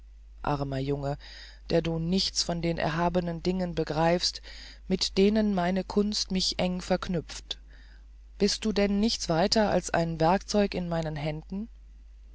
armer junge der du nichts von den erhabenen dingen begreifst mit denen meine kunst mich enge verknüpft bist du denn nichts weiter als ein werkzeug in meinen händen